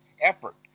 effort